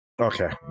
Okay